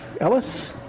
Ellis